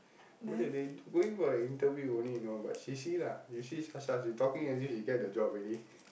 விடு:vidu dey going for the interview only you know but you see lah you see Sasha she talking as if she get the job already